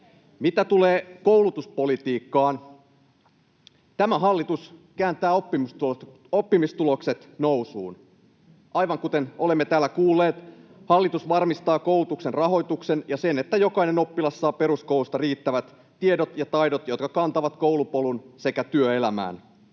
Mitä tulee koulutuspolitiikkaan, tämä hallitus kääntää oppimistulokset nousuun. Aivan kuten olemme täällä kuulleet, hallitus varmistaa koulutuksen rahoituksen ja sen, että jokainen oppilas saa peruskoulusta riittävät tiedot ja taidot, jotka kantavat koulupolun sekä työelämään.